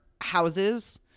houses